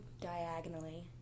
diagonally